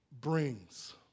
brings